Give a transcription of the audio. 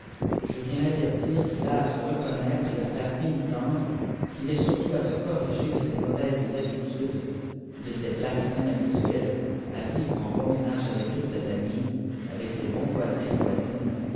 je viçns l'avertir qu'il à se reconnaître et à fairç pénitence qi'fiât surtout à se corriger de ses mauvaises toâbftudes de s'çèwàsmêmes habi à vivre en bon ménage avec foutè sa îamill p aveo ses lon voisins et voisines